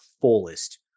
fullest